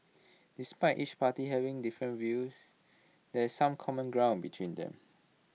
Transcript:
despite each party having different views there is some common ground between them